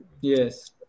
Yes